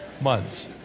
months